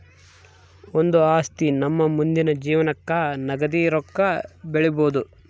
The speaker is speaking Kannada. ಒಂದು ಆಸ್ತಿ ನಮ್ಮ ಮುಂದಿನ ಜೀವನಕ್ಕ ನಗದಿ ರೊಕ್ಕ ಬೆಳಿಬೊದು